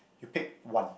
you pick one